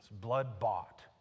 blood-bought